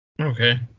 Okay